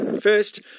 First